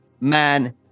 man